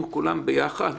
כולנו ביחד